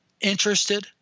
interested